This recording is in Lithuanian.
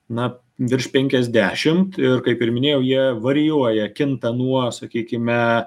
na virš penkiasdešim ir kaip ir minėjau jie varijuoja kinta nuo sakykime